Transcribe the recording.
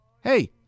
hey